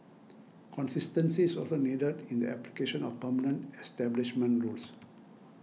consistency is also needed in the application of permanent establishment rules